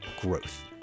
growth